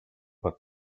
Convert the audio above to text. but